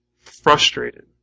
frustrated